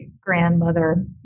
grandmother